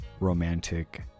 Romantic